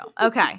Okay